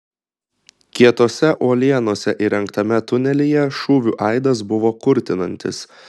kietose uolienose įrengtame tunelyje šūvių aidas buvo kurtinantis